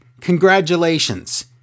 congratulations